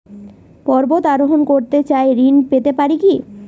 পর্বত আরোহণ করতে চাই ঋণ পেতে পারে কি?